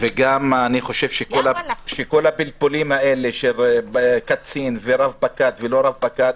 אני חושב שכל הפלפולים האלה של קצין ורב פקד ולא רב פקד,